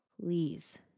Please